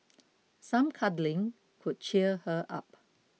some cuddling could cheer her up